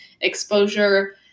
exposure